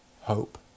hope